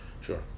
Sure